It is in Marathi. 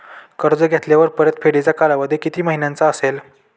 कर्ज घेतल्यावर परतफेडीचा कालावधी किती महिन्यांचा असेल?